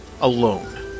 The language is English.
alone